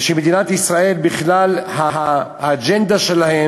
ושמדינת ישראל, בכלל, האג'נדה שלהם: